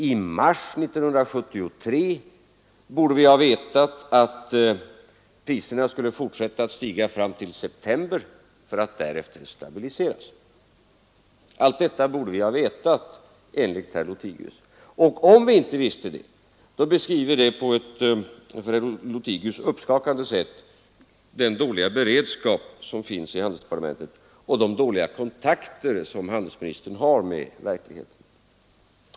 I mars 1973 borde vi ha vetat att priserna skulle fortsätta att stiga fram till september för att därefter stabiliseras. Allt detta borde vi ha vetat enligt herr Lothigius. Och om vi inte visste det, avslöjar det på ett för herr Lothigius förskräckande sätt den dåliga beredskap som finns i handelsdepartementet och de dåliga kontakter som handelsministern har med verkligheten.